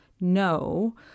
no